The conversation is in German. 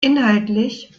inhaltlich